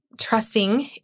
trusting